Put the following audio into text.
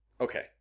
Okay